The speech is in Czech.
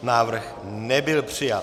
Návrh nebyl přijat.